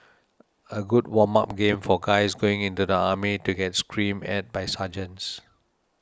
a good warm up game for guys going into the army to get screamed at by sergeants